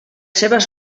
seves